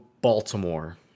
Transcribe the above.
Baltimore